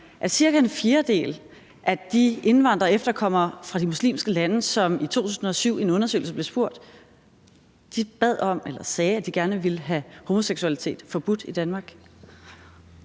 at cirka en fjerdedel af de indvandrere og efterkommere fra de muslimske lande, som blev spurgt i en undersøgelse i 2007, sagde, at de gerne ville have homoseksualitet forbudt i Danmark?